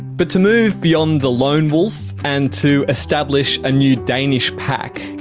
but to move beyond the lone wolf and to establish a new danish pack,